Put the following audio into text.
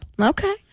Okay